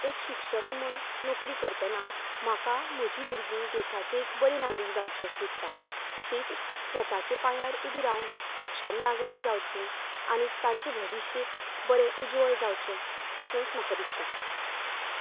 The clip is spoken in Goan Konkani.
एक शिक्षक म्हूण नोकरी करतना म्हाका म्हजी भुरगीं देशाची एक बरी नागरीक जावची अशें दिसता तशीच स्वताचे पायार उबी रावन सक्षम नागरीक जावची आनी तांचे भविश्य बरें उज्वल जावचें अशेंच म्हाका दिसता